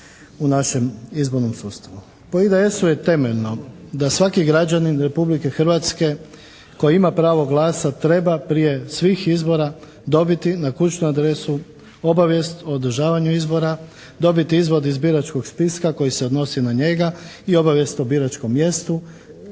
Po IDS-u je temeljno da svaki građanin Republike Hrvatske koji ima pravo glasa treba prije svih izbora dobiti na kućnu adresu obavijest o održavanju izbora, dobiti izvod iz biračkog spiska koji se odnosi na njega i obavijest o biračkom mjestu